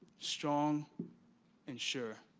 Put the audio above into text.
strong and sure,